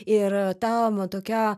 ir ta va tokia